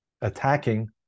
attacking